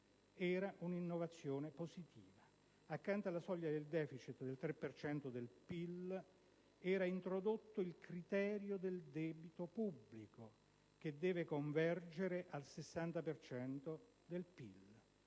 Era un'innovazione positiva. Accanto alla soglia del deficit del 3 per cento del PIL era introdotto il criterio del debito pubblico che deve convergere al 60 per